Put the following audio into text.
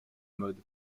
mode